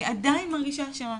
אני עדיין מרגישה אשמה.